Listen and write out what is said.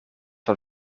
wel